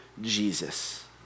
Jesus